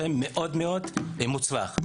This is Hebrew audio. וזה מאוד-מאוד מוצלח.